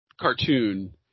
cartoon